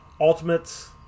Ultimates